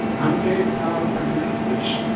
i'm very proud of my language.